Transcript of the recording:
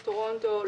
טורונטו,